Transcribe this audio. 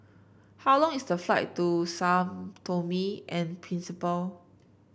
how long is the flight to Sao Tomy and Principe